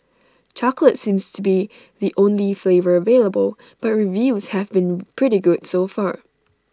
chocolate seems to be the only flavour available but reviews have been pretty good so far